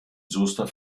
soester